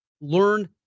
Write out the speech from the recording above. learn